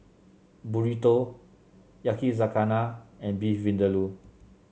Burrito Yakizakana and Beef Vindaloo